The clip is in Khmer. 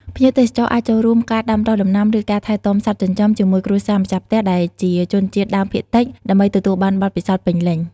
ភ្ញៀវទេសចរអាចចូលរួមការដាំដុះដំណាំ ឬការថែទាំសត្វចិញ្ចឹមជាមួយគ្រួសារម្ចាស់ផ្ទះដែលជាជនជាតិដើមភាគតិច ដើម្បីទទួលបានបទពិសោធន៍ពេញលេញ។